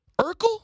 Urkel